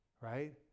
right